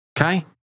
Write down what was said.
Okay